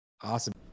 Awesome